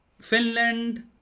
Finland